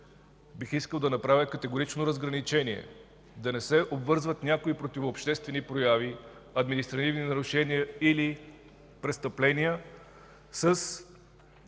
бих искал да направя категорично разграничение да не се обвързват някои противообществени прояви, административни нарушения или престъпления с